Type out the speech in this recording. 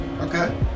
Okay